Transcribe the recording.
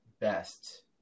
best